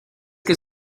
que